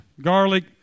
garlic